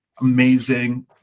amazing